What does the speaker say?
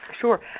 Sure